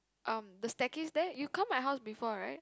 um the staircase there you come my house before right